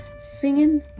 singing